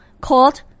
called